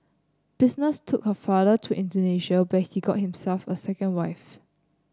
business took her father to Indonesia where he got himself a second wife